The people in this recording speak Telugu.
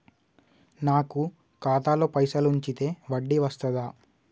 నాకు ఖాతాలో పైసలు ఉంచితే వడ్డీ వస్తదా?